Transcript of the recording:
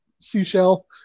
seashell